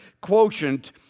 quotient